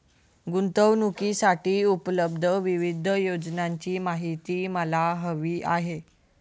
गुंतवणूकीसाठी उपलब्ध विविध योजनांची माहिती मला हवी आहे